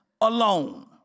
alone